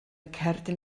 cerdyn